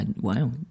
wow